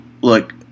look